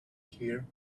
here